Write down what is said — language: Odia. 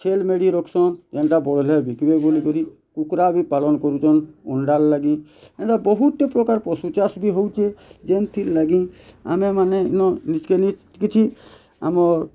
ଛେଲ ମେଢ଼ି ରଖସନ୍ ଏନ୍ତା ବୋହେଲେ ବିକିବେ ବୋଲି କରି କୁକୁଡ଼ା ବି ପାଲନ୍ କରୁଛନ୍ ଅଣ୍ଡାର୍ ଲାଗି ଏନ୍ତା ବହୁଟେ ପ୍ରକାର୍ ପଶୁ ଚାଷ୍ ବି ହଉଛେ ଯେମିତି ଲାଗି ଆମେ ମାନେ ଏନ୍ ନିଜ୍ କେ ନିଜ୍ କିଛି ଆମ